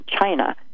China